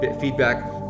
feedback